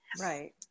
Right